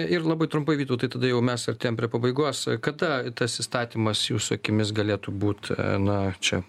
ir labai trumpai vytautai tada jau mes artėjam prie pabaigos kada tas įstatymas jūsų akimis galėtų būt na čia